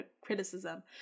criticism